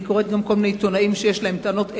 אני קוראת גם כל מיני עיתונאים שיש להם טענות אלי,